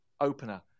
opener